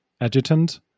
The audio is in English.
adjutant